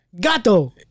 gato